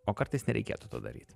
o kartais nereikėtų to daryt